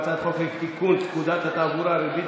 הצעת חוק לתיקון פקודת התעבורה (ריבית